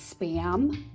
Spam